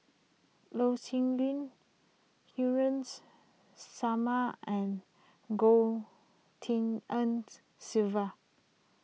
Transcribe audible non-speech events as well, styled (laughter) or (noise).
Loh Sin Yun Haresh Sharma and Goh Tshin En (unintelligible) Sylvia